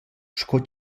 sco